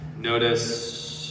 notice